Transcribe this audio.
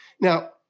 now